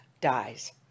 Dies